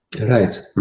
Right